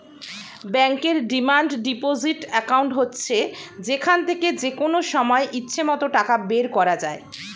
ব্যাংকের demand deposit account হচ্ছে যেখান থেকে যেকনো সময় ইচ্ছে মত টাকা বের করা যায়